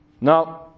Now